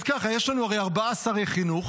אז ככה, הרי יש לנו ארבעה שרי חינוך.